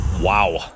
Wow